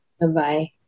Bye-bye